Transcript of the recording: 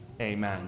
Amen